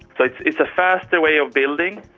so it's a faster way of building.